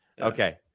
Okay